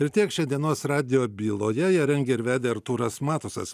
ir tiek šiandienos radijo byloje ją rengė ir vedė artūras matuzas